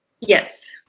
Yes